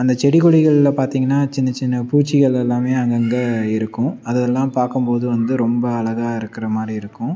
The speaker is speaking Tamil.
அந்த செடி கொடிகளில் பார்த்திங்கன்னா சின்ன சின்ன பூச்சிகள் எல்லாம் அங்கேங்க இருக்கும் அதை எல்லாம் பார்க்கும்போது வந்து ரொம்ப அழகாக இருக்கிற மாதிரி இருக்கும்